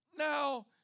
Now